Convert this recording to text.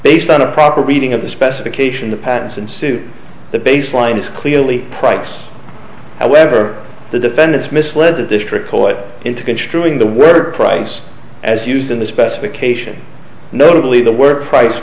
based on a proper reading of the specification the patents and suit the baseline is clearly price however the defendants misled the district court into construing the word price as used in the specification notably the work price